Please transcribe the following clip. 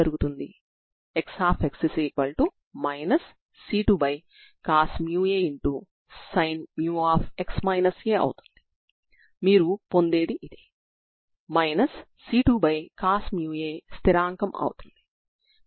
మీరు సరిహద్దు నియమం X00 ని అప్లై చేస్తే దాని నుండి c10 వస్తుంది